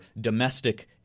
domestic